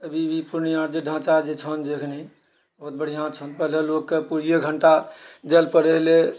अभी भी पूर्णिया जे ढाँचा जे छनि जे एनी बहुत बढ़िआँ छनि पहिने लोककेँ घण्टा जाय लेल पहिने